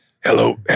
hello